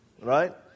Right